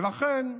ולכן,